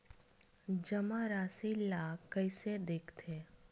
जमा राशि ला कइसे देखथे?